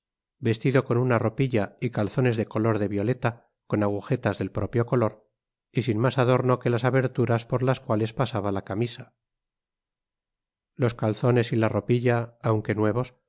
vestido con una ropilla y calzones de color de violeta con agujetas del propio color y sin mas adorno que las aberturas por las cuales pasaba la camisa los calzones y la ropilla aunque nuevos